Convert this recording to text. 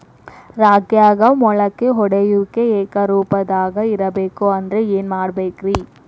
ರಾಗ್ಯಾಗ ಮೊಳಕೆ ಒಡೆಯುವಿಕೆ ಏಕರೂಪದಾಗ ಇರಬೇಕ ಅಂದ್ರ ಏನು ಮಾಡಬೇಕ್ರಿ?